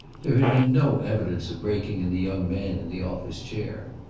there had been no evidence of breaking in the young man in the office chair.